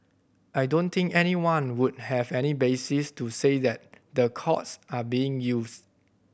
I don't think anyone would have any basis to say that the courts are being used